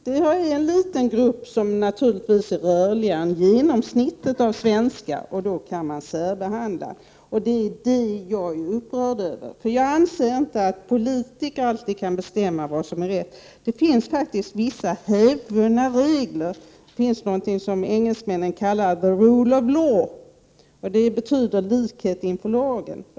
Detta är en liten grupp som naturligtvis är rörligare än genomsnittet av svenskar, och därför anser man sig kunna särbehandla dem. Det är detta jag är upprörd över. Jag anser att politikerna inte alltid kan bestämma vad som är rätt. Det finns faktiskt vissa hävdvunna regler och någonting som engelsmännen kallar ”rule of law” — det betyder ”likhet inför lagen”.